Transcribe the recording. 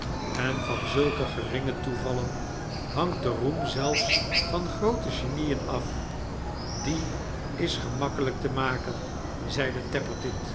en van zulke geringe toevallen hangt de roem zelfs van groote genieen af die is gemakkelijk te maken zeide tappertit